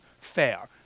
fair